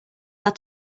had